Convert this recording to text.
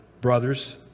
brothers